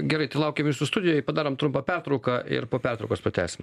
gerai tai laukiam jūsų studijoj padarom trumpą pertrauką ir po pertraukos pratęsim